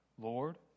Lord